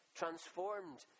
transformed